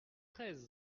treize